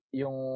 yung